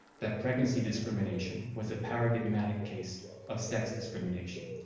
that pregnancy discrimination was a paradigmatic case of sex discrimination,